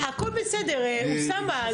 אני יצאתי מכנס --- הכול בסדר, אוסאמה.